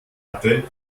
hatte